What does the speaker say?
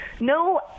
No